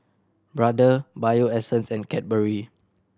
Brother Bio Essence and Cadbury